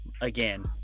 again